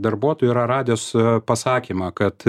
darbuotojų yra radęs pasakymą kad